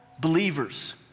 believers